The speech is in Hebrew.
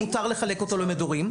מותר לחלק אותו למדורים.